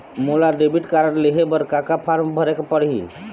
मोला debit card लेहे बर का का फार्म भरेक पड़ही?